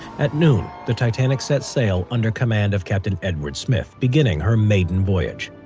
at noon the titanic set sail under command of captain edward smith, beginning her maiden voyage.